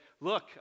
look